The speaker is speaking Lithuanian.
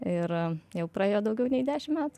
ir jau praėjo daugiau nei dešim metų